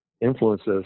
influences